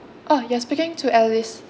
oh you're speaking to alice